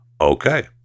Okay